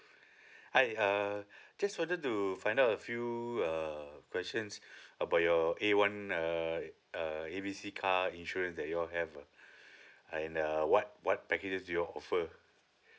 hi uh just wanted to find out a few uh questions about your a one uh uh A B C car insurance that you all have uh and uh what what packages do y'all offer